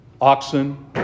oxen